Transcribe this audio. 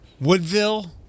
Woodville